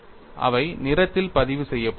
அவை நிறத்தில் பதிவு செய்யப்பட்டுள்ளன